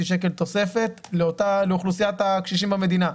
שקלים תוספת לאוכלוסיית הקשישים במדינה.